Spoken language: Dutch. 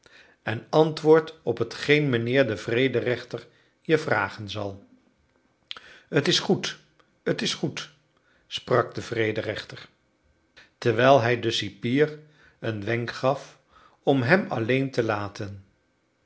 en antwoordt op hetgeen mijnheer de vrederechter je vragen zal t is goed t is goed sprak de vrederechter terwijl hij den cipier een wenk gaf om hem alleen te laten